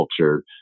culture